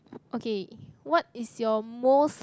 okay what is your most